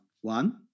One